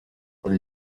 hari